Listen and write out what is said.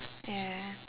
ya